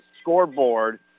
scoreboard